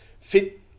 fit